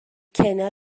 کنار